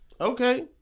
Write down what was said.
Okay